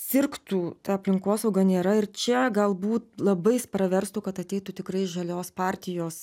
sirgtų ta aplinkosauga nėra ir čia galbūt labais praverstų kad ateitų tikrai žalios partijos